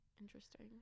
interesting